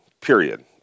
period